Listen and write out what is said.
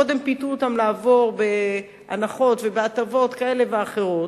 קודם פיתו אותם לעבור בהנחות ובהטבות כאלה ואחרות,